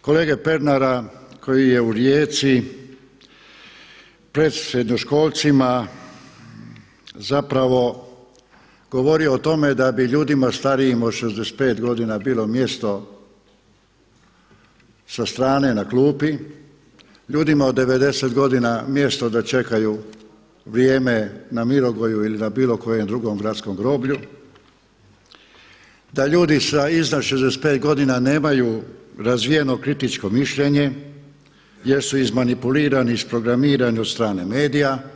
kolege Pernara koji je u Rijeci pred srednjoškolcima zapravo govorio o tome da bi ljudima starijim od 65 godina bilo mjesto sa strane na klupi, ljudima od 90 godina mjesto da čekaju vrijeme na Mirogoju ili na bilo kojem drugom gradskom groblju, da ljudi sa iznad 65 godina nemaju razvijeno kritičko mišljenje jer su izmanipulirani i isprogramirani od strane medija.